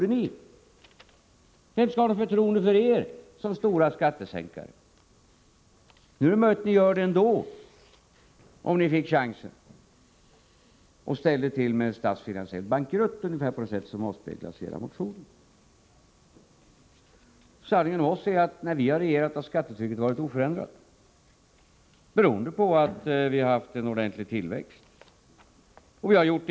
Vem kan ha något förtroende för er som stora skattesänkare? Det är möjligt att ni sänker skatten, om ni får chansen — och ställer till med en statsfinansiell bankrutt ungefär på det sätt som avspeglas i era motioner. Sanningen om oss är att skattetrycket har varit oförändrat när vi regerat, beroende på att det har varit en ordentlig tillväxt.